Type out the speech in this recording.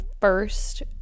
first